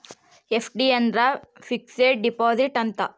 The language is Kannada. ಎಫ್.ಡಿ ಅಂದ್ರ ಫಿಕ್ಸೆಡ್ ಡಿಪಾಸಿಟ್ ಅಂತ